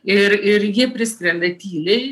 ir ir jie priskrenda tyliai